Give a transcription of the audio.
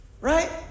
right